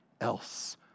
else